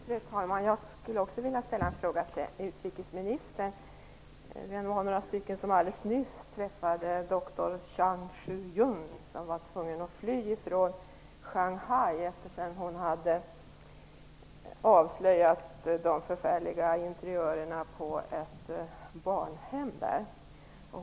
Fru talman! Jag skulle också vilja ställa en fråga till utrikesministern. Vi var några stycken som alldeles nyss träffade doktor Zhang Shuyun som var tvungen att fly ifrån Shanghai sedan hon avslöjat de förfärliga interiörerna på ett barnhem där.